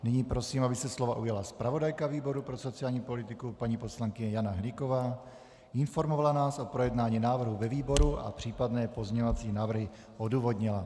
Nyní prosím, aby se slova ujala zpravodajka výboru pro sociální politiku paní poslankyně Jana Hnyková, informovala nás o projednání návrhů ve výboru a případné pozměňovací návrhy odůvodnila.